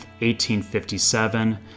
1857